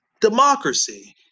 democracy